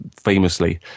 famously